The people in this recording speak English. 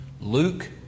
Luke